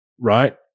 right